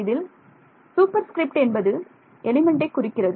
இதில் superscript என்பது எலிமெண்ட்டை குறிக்கிறது